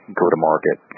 go-to-market